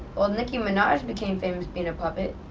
well nicky minaj became famous being a puppet.